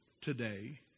today